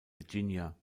virginia